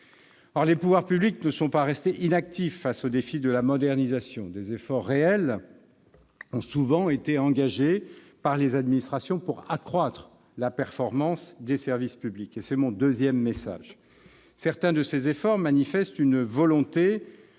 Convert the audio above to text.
Les pouvoirs publics ne sont pas restés inactifs face au défi de la modernisation. Des efforts réels ont souvent été engagés par les administrations pour augmenter la performance des services publics. C'est mon deuxième message. Certains de ces efforts manifestent une volonté